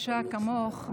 מאישה כמוך,